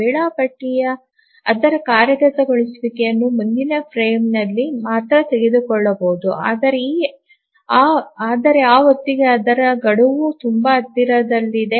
ವೇಳಾಪಟ್ಟಿ ಅದರ ಕಾರ್ಯಗತಗೊಳಿಸುವಿಕೆಯನ್ನು ಮುಂದಿನ ಫ್ರೇಮ್ನಲ್ಲಿ ಮಾತ್ರ ತೆಗೆದುಕೊಳ್ಳಬಹುದು ಆದರೆ ಆ ಹೊತ್ತಿಗೆ ಅದರ ಗಡುವು ತುಂಬಾ ಹತ್ತಿರದಲ್ಲಿದೆ